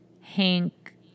Hank